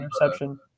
interception